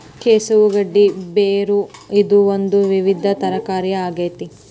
ಕೆಸವು ಗಡ್ಡಿ ಬೇರು ಇದು ಒಂದು ವಿವಿಧ ತರಕಾರಿಯ ಆಗೇತಿ